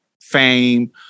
fame